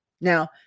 Now